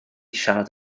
siarad